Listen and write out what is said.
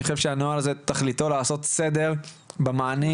אני חושב שהנוהל הזה תכליתו לעשות סדר במענים,